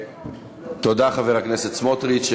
תודה, חבר הכנסת סמוטריץ.